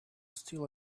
still